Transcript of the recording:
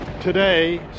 Today